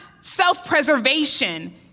self-preservation